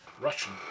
Russian